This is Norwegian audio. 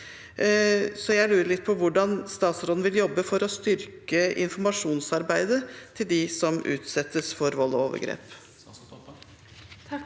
Jeg lurer litt på hvordan statsråden vil jobbe for å styrke informasjonsarbeidet for dem som utsettes for vold og overgrep.